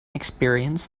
experience